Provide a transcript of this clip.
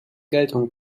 geltung